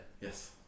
Yes